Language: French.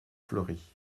fleurie